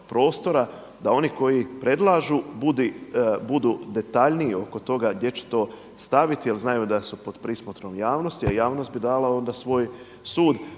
da oni koji predlažu budu detaljniji oko toga gdje će to staviti jel znaju da su pod prismotrom javnosti, a javnost bi dala onda svoj sud.